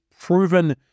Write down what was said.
proven